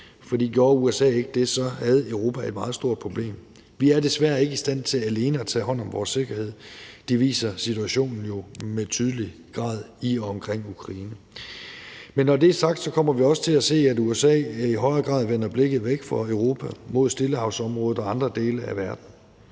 for gjorde USA ikke det, så havde Europa et meget stort problem. Vi er desværre ikke i stand til alene at tage hånd om vores sikkerhed; det viser situationen i og omkring Ukraine jo i tydelig grad. Men når det er sagt, kommer vi også til at se, at USA i højere grad vender blikket væk fra Europa mod Stillehavsområdet og andre dele af verden,